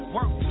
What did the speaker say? Work